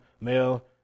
male